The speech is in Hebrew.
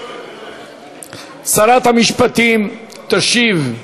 שרת המשפטים תשיב.